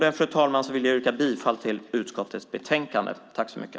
Med de orden vill jag yrka bifall till utskottets förslag i betänkandet.